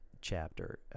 chapter